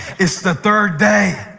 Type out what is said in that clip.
it's the third day.